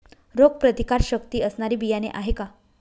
रोगप्रतिकारशक्ती असणारी बियाणे आहे का?